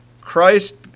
Christ